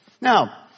Now